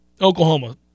Oklahoma